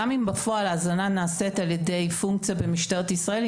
גם אם בפועל ההזנה נעשית על ידי פונקציה במשטרת ישראל,